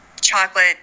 chocolate